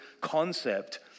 concept